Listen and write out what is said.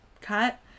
cut